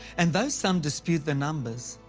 and though some dispute their numbers,